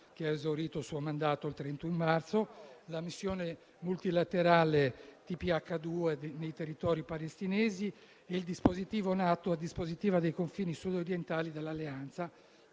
che ha esaurito il suo mandato il 31 marzo, della missione multilaterale TPH2 nei territori palestinesi e del dispositivo NATO nei Confini sud-orientali dell'Alleanza;